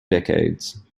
decades